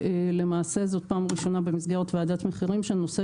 למעשה זאת פעם ראשונה במסגרת ועדת מחירים שהנושא